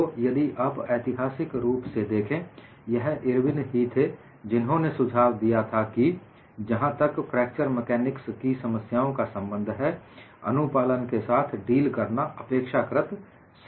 तो यदि आप ऐतिहासिक रूप से देखें यह इरविन ही थे जिन्होंने सुझाव दिया था कि जहां तक फ्रैक्चर मेकानिक्स की समस्याओं का संबंध है अनुपालन के साथ डील करना अपेक्षाकृत सरल है